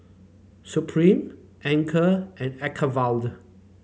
Supreme Anchor and Acuvue